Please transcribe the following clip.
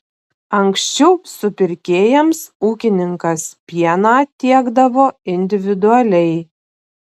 anksčiau supirkėjams ūkininkas pieną tiekdavo individualiai